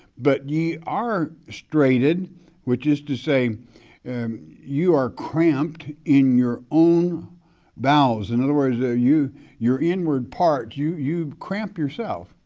but you are straitened which is to say you are cramped in your own bowels. in other words, ah your inward parts, you you cramped yourself,